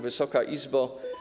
Wysoka Izbo!